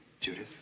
Judith